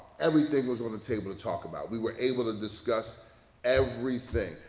everything was on the table to talk about. we were able to discuss everything,